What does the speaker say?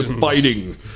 Fighting